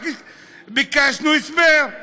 רק ביקשנו הסבר.